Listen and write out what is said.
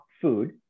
food